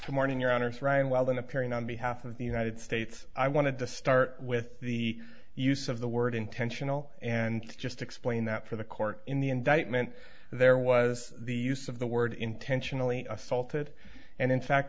the morning your honour's ryan weldon appearing on behalf of the united states i wanted to start with the use of the word intentional and just explain that for the court in the indictment there was the use of the word intentionally assaulted and in fact